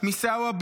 מסעווה,